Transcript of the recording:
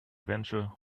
venture